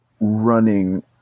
running